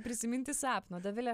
prisiminti sapno dovilė